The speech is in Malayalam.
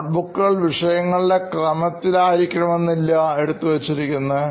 നോട്ട്ബുക്കുകൾ വിഷയങ്ങളുടെ ക്രമത്തിൽ ആയിരിക്കണമെന്നില്ല എടുത്തു വച്ചിരിക്കുന്നത്